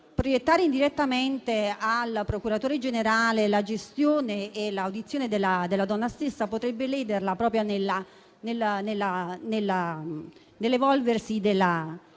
proiettare indirettamente sul procuratore generale la gestione e l'audizione della donna potrebbe lederla nell'evolversi del